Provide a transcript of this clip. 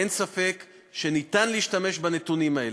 אין ספק שאפשר להשתמש בנתונים האלה,